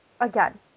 again